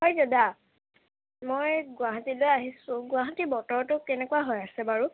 হয় দাদা মই গুৱাহাটীলৈ আহিছোঁ গুৱাহাটীৰ বতৰটো কেনেকুৱা হৈ আছে বাৰু